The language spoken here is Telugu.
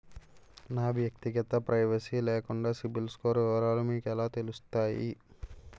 నా వ్యక్తిగత ప్రైవసీ లేకుండా సిబిల్ స్కోర్ వివరాలు మీకు ఎలా తెలుస్తాయి?